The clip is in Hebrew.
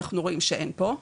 אנחנו רואים שאין פה.